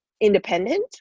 independent